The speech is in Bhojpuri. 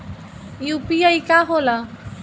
यू.पी.आई का होला?